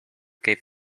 gave